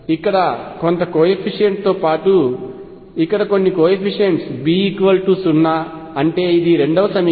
ఇక్కడ కొంత coefficient A తో పాటు ఇక్కడ కొన్ని కోయెఫిషియంట్స్ B 0 అంటే ఇది రెండవ సమీకరణం